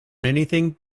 anything